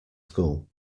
school